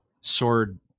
sword